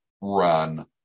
run